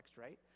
right